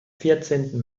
vierzehnten